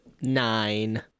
nine